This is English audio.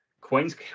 Queen's